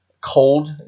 cold